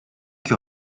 que